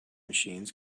machines